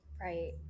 Right